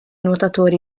nuotatori